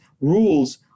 rules